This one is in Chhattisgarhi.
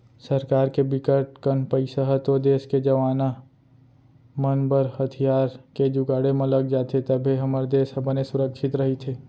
सरकार के बिकट कन पइसा ह तो देस के जवाना मन बर हथियार के जुगाड़े म लग जाथे तभे हमर देस ह बने सुरक्छित रहिथे